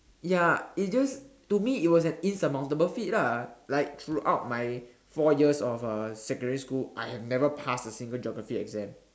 ya it's just to me it was an insurmountable feat lah like throughout my four years of uh secondary school I have never passed a single geography exam